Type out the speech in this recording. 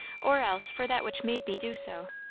or else, for that which made me do so.